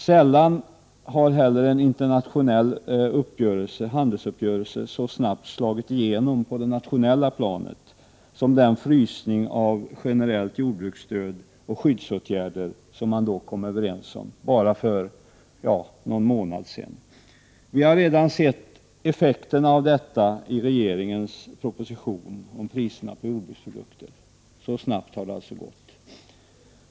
Sällan har en internationell handelsuppgörelse slagit igenom så snabbt på det nationella planet som den frysning av generellt jordbruksstöd och skyddsåtgärder som man då kom överens om, för bara någon månad sedan. Vi har redan sett effekterna av detta i regeringens proposition om priserna på jordbruksprodukter. Så snabbt har det alltså gått.